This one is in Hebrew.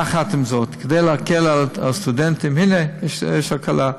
יחד עם זאת, כדי להקל על הסטודנטים, הנה, יש הקלה,